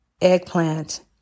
eggplant